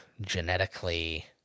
genetically